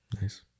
nice